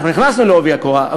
נכנסנו בעובי הקורה,